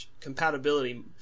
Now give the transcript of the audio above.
compatibility